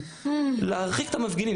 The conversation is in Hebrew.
להרחיק את המפגינים.